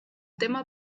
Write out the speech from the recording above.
tema